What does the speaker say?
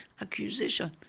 accusation